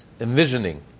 envisioning